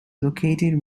located